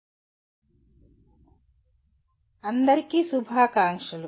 module 1 మరియు unit 8 కు స్వాగతం మరియు శుభాకాంక్షలు